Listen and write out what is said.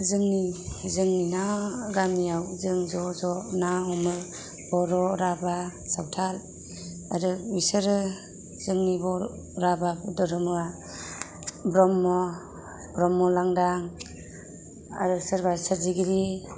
जोंनि जों ना गामियाव जों ज'ज' ना हमो बर' राभा सावथाल आरो बिसोरो जोंनि बर' राभा धर्म'आ ब्रह्म ब्रह्म लांदां आरो सोरबा सोरजिगिरि